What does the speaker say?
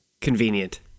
Convenient